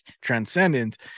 transcendent